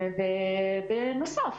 בנוסף,